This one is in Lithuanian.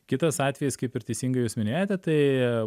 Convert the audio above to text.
kitas atvejis kaip ir teisingai jūs minėjote tai